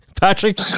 Patrick